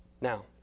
Now